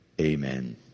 Amen